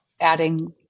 adding